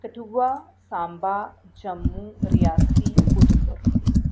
Kathua Samba Jammu Reasi Udhampur